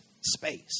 space